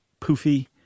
poofy